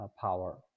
power